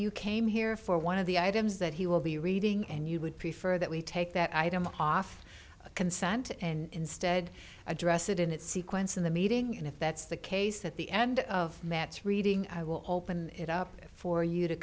you came here for one of the items that he will be reading and you would prefer that we take that item off consent and instead address it in its sequence in the meeting and if that's the case at the end of matt's reading i will open it up for you to